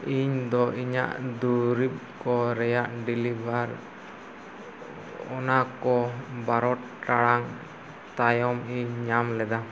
ᱤᱧᱫᱚ ᱤᱧᱟᱹᱜ ᱫᱩᱨᱤᱵᱽ ᱠᱚ ᱨᱮᱭᱟᱜ ᱚᱱᱟ ᱠᱚ ᱵᱟᱨᱳ ᱴᱟᱲᱟᱝ ᱛᱟᱭᱚᱢ ᱤᱧ ᱧᱟᱢ ᱞᱮᱫᱟ